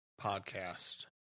podcast